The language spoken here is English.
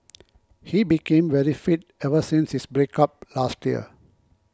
he became very fit ever since his break up last year